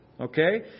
Okay